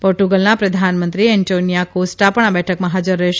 પોર્ટંગલના પ્રધાનમંત્રી Antonio Costa પણ આ બેઠકમાં હાજર રહેશે